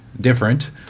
different